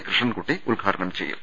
കൃഷ്ണൻകുട്ടി ഉദ്ഘാടനം ചെയ്യും